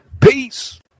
Peace